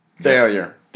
Failure